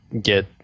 get